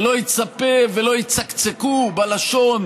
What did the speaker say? שלא יצפה ושלא יצקצקו בלשון